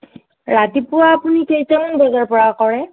ৰাতিপুৱা আপুনি কেইটামান বজাৰ পৰা কৰে